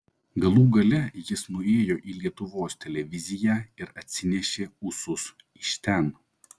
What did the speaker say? galų gale jis nuėjo į lietuvos televiziją ir atsinešė ūsus iš ten